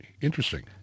Interesting